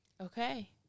okay